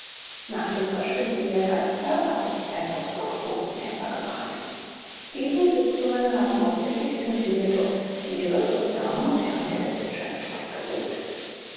nach dem verschwinden der geister habe sich ein phosphorgeruch bemerkbar gemacht diesen sitzungen haben hauptsächlich pensionierte offiziere sowie damen und herren der gesellschaft beigewohnt